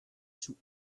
sous